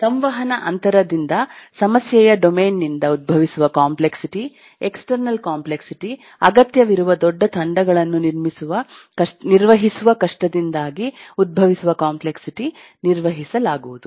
ಸಂವಹನ ಅಂತರದಿಂದ ಸಮಸ್ಯೆಯ ಡೊಮೇನ್ ನಿಂದ ಉದ್ಭವಿಸುವ ಕಾಂಪ್ಲೆಕ್ಸಿಟಿ ಎಕ್ಸ್ಟರ್ನಲ್ ಕಾಂಪ್ಲೆಕ್ಸಿಟಿ ಅಗತ್ಯವಿರುವ ದೊಡ್ಡ ತಂಡಗಳನ್ನು ನಿರ್ವಹಿಸುವ ಕಷ್ಟದಿಂದಾಗಿ ಉದ್ಭವಿಸುವ ಕಾಂಪ್ಲೆಕ್ಸಿಟಿ ನಿರ್ವಹಿಸಲಾಗುವುದು